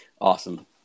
Awesome